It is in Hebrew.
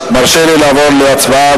מרשה לי לעבור להצבעה,